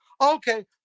okay